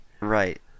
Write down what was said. Right